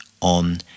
on